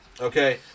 Okay